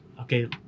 okay